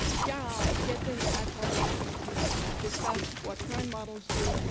share out. get the entire cross functional team in there. discuss what current models do,